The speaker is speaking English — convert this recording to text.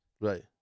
Right